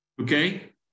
okay